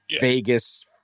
Vegas